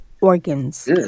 organs